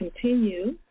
continue